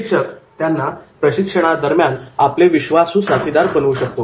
प्रशिक्षक त्यांना प्रशिक्षणादरम्यान आपले विश्वासू साथीदार बनवू शकतो